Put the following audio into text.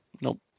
Nope